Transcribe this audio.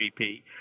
GP